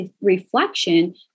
reflection